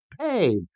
pay